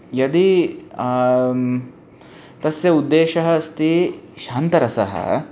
यदि तस्य उद्देशः अस्ति शान्तरसः